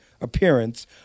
appearance